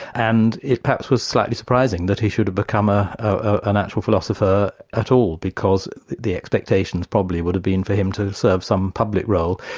and it perhaps was slightly surprising that he should have become ah a natural philosopher at all, because the expectations probably would have been for him to serve some public role,